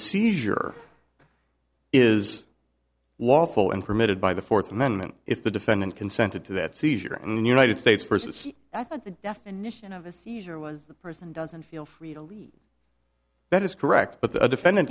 seizure is lawful and permitted by the fourth amendment if the defendant consented to that seizure and united states versus i thought the definition of a seizure was the person doesn't feel free to leave that is correct but the defendant